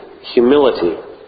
humility